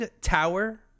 Tower